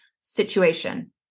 situation